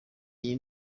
iyi